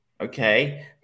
okay